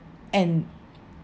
and